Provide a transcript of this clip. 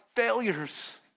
failures